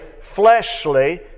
fleshly